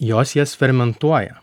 jos jas fermentuoja